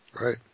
Right